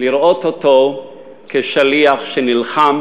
לראות אותו כשליח שנלחם